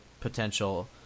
potential